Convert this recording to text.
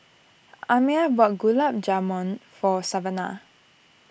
Amiah bought Gulab Jamun for Savana